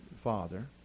father